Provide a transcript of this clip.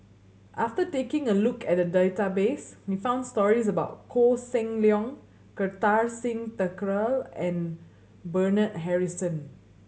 after taking a look at the database we found stories about Koh Seng Leong Kartar Singh Thakral and Bernard Harrison